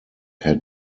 had